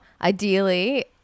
Ideally